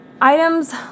items